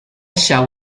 shall